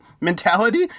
mentality